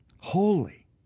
Holy